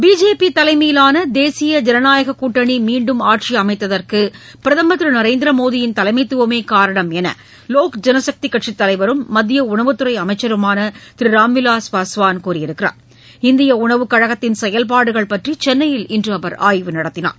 BJP தலைமையிலான தேசிய ஜனநாயக கூட்டணி மீண்டும் ஆட்சி அமைத்ததற்கு பிரதமர் நரேந்திர மோதியின் தலைமைத்துவமே காரணம் என்று லோக் ஜனசக்தி கட்சித் தலைவரும் மத்திய உணவுத் துறை அமைச்சருமான திரு ராம்விலாஸ் பாஸ்வான் கூறியிருக்கிறார் இந்திய உணவுக் கழகத்தின் செயல்பாடுகள் பற்றி சென்னையில் அவர் இன்று ஆய்வு நடத்தினார்